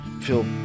feel